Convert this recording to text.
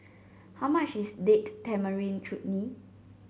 how much is Date Tamarind Chutney